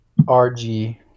RG